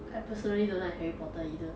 I personally don't like harry potter either